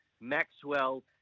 Maxwell